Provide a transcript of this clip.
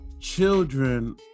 children